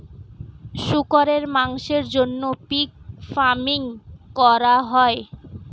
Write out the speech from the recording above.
শুকরের মাংসের জন্য পিগ ফার্মিং করা হয়